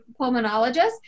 pulmonologist